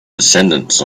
descendants